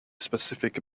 specific